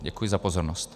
Děkuji za pozornost.